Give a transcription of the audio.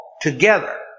together